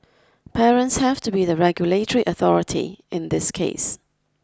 parents have to be the regulatory authority in this case